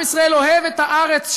עם ישראל אוהב את הארץ שלו,